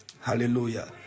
Hallelujah